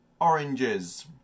Oranges